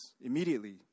Immediately